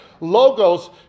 Logos